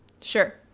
Sure